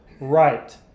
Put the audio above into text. right